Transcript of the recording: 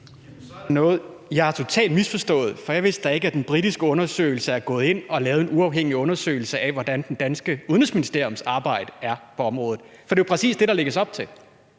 jeg har totalt misforstået. For jeg vidste da ikke, at den britiske undersøgelse har lavet en uafhængig undersøgelse af, hvordan det danske udenrigsministeriums arbejde er på området. For det er præcis det, der lægges op til: